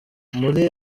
muri